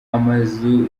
amazu